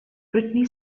britney